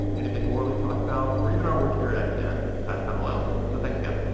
anything morralee talked about, or even our work here at ncan as time allows. so, thanks again.